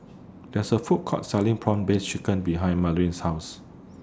There IS A Food Court Selling Prawn Paste Chicken behind Mariela's House